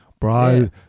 Bro